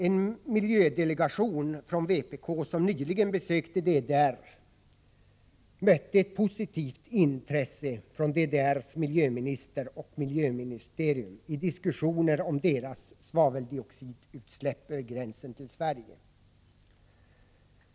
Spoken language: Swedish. En miljödelegation från vpk, som nyligen besökte DDR, mötte ett positivt intresse från DDR:s miljöminister och miljöministerium i diskussioner om deras svaveldioxidutsläpp över gränsen till Sverige.